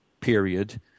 period